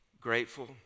grateful